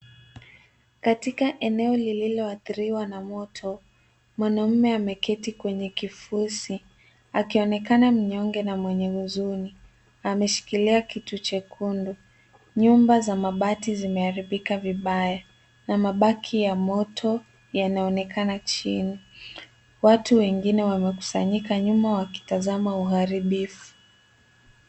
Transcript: Katika eneo lililoadhiriwa na moto mwanaume ameketi kwenye kifusi akionekana mnyonge na mwenye huzuni. Ameshikilia kitu chekundu. Nyumba za mabati zimeharibika vibaya na mabaki ya moto yanaonekana chini. Watu wengine wamekusanyika nyuma wakitazama uharibifu.